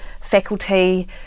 faculty